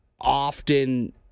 often